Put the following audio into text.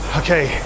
okay